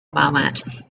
moment